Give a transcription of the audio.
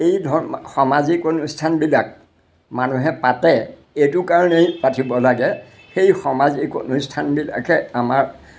এই ধৰ্ম সামাজিক অনুষ্ঠানবিলাক মানুহে পাতে এইটো কাৰণেই পাতিব লাগে সেই সামাজিক অনুষ্ঠানবিলাকে আমাৰ